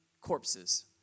corpses